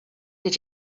did